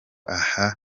aha